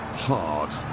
hard.